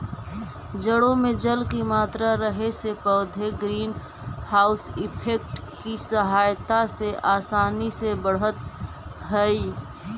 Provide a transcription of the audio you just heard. जड़ों में जल की मात्रा रहे से पौधे ग्रीन हाउस इफेक्ट की सहायता से आसानी से बढ़त हइ